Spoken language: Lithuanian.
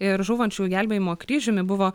ir žūvančiųjų gelbėjimo kryžiumi buvo